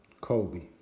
Kobe